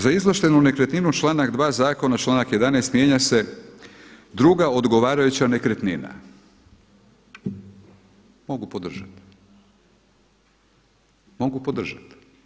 Za izvlaštenu nekretninu članak 2. zakona, članak 11. mijenja se: druga odgovarajuća nekretnina“, mogu podržati.